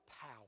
power